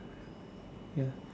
ya